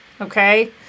okay